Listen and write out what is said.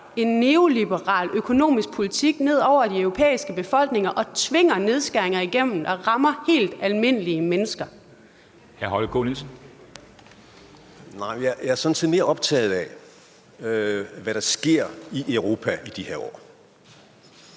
en neoliberal økonomisk politik ned over de europæiske befolkninger og tvinger nedskæringer igennem, der rammer helt almindelige mennesker? Kl. 14:20 Første næstformand (Henrik Dam Kristensen): Hr.